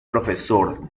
profesor